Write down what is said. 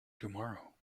tomorrow